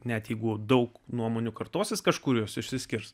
net jeigu daug nuomonių kartosis kažkuriuos išsiskirs